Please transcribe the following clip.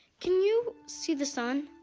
can you see the sun?